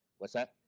what's that?